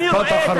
משפט אחרון.